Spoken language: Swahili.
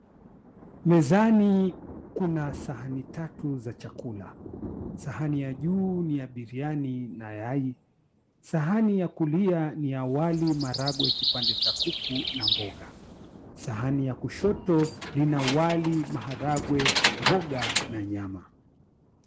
Mezani kuna sahani tatu za chakula, sahani ya juu ni biriani na yai, sahani ya kulia ni wali, maharagwe, kipande cha kuku na mboga, sahani ya kushoto ina wali, maharagwe, mboga na nyama.